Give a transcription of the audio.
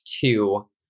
two